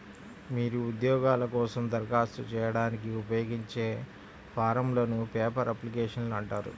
మీరు ఉద్యోగాల కోసం దరఖాస్తు చేయడానికి ఉపయోగించే ఫారమ్లను పేపర్ అప్లికేషన్లు అంటారు